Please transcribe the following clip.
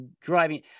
driving